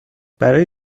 برای